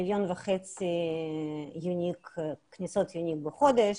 מיליון וחצי כניסות יוניק בחודש,